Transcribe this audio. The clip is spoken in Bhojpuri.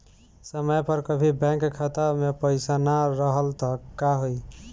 समय पर कभी बैंक खाता मे पईसा ना रहल त का होई?